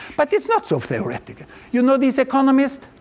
but it's not so theoretical. you know, these economists,